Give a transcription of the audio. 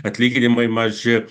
atlyginimai maži